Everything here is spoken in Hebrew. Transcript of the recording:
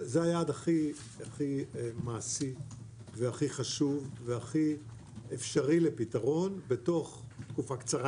זה היעד הכי מעשי והכי חשוב והכי אפשרי לפתרון בתוך תקופה קצרה